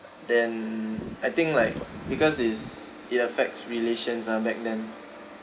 then I think like because is it affects relations ah back then